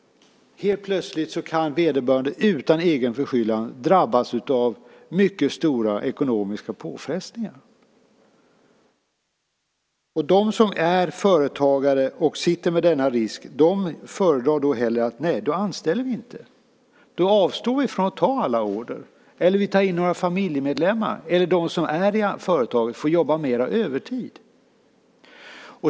Helt plötsligt kan vederbörande utan egen förskyllan drabbas av mycket stora ekonomiska påfrestningar. De som är företagare och löper denna risk föredrar då att inte anställa. De avstår från att ta alla order, tar in några familjemedlemmar eller också får de som redan arbetar i företaget jobba mer övertid.